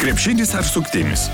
krepšinis ar suktinis